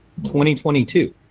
2022